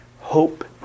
hope